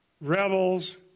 rebels